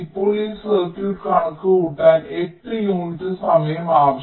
ഇപ്പോൾ ഈ സർക്യൂട്ട് കണക്കുകൂട്ടാൻ 8 യൂണിറ്റ് സമയം ആവശ്യമാണ്